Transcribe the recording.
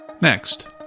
Next